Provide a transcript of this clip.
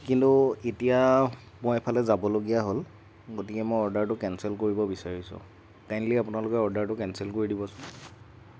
কিন্তু এতিয়া মই এফালে যাবলগীয়া হ'ল গতিকে মই অৰ্ডাৰটো কেনচেল কৰিব বিচাৰিছোঁ কাইণ্ডলি আপোনালোকে অৰ্ডাৰটো কেনচেল কৰি দিবচোন